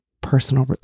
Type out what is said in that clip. personal